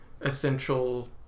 essential